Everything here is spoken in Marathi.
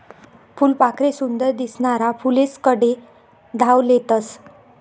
फुलपाखरे सुंदर दिसनारा फुलेस्कडे धाव लेतस